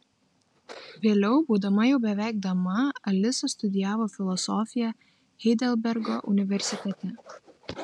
vėliau būdama jau beveik dama alisa studijavo filosofiją heidelbergo universitete